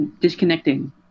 Disconnecting